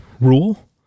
rule